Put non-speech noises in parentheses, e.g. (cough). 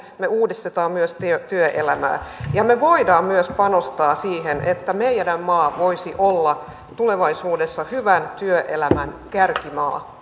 me uudistamme myös työelämää ja me voimme myös panostaa siihen että meidän maa voisi olla tulevaisuudessa hyvän työelämän kärkimaa (unintelligible)